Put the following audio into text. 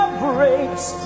breaks